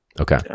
Okay